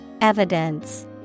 Evidence